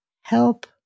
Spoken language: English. help